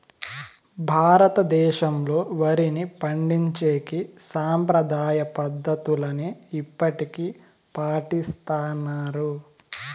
భారతదేశంలో, వరిని పండించేకి సాంప్రదాయ పద్ధతులనే ఇప్పటికీ పాటిస్తన్నారు